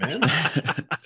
man